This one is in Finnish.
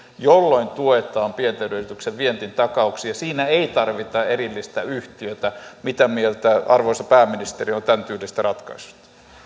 jolloin tuetaan pienten yritysten vientitakauksia siinä ei tarvita erillistä yhtiötä mitä mieltä arvoisa pääministeri on tämäntyylisestä ratkaisusta